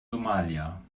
somalia